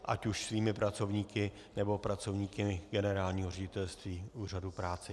Ať už svými pracovníky, nebo pracovníky generálního ředitelství Úřadu práce.